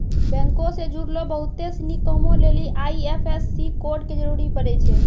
बैंको से जुड़लो बहुते सिनी कामो लेली आई.एफ.एस.सी कोड के जरूरी पड़ै छै